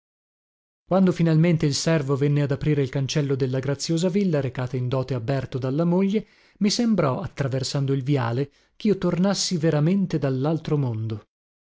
quando finalmente il servo venne ad aprire il cancello della graziosa villa recata in dote a berto dalla moglie mi sembrò attraversando il viale chio tornassi veramente dallaltro mondo